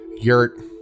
yurt